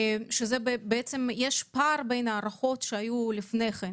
יש פער בין ההערכות שהיו מלפני זה,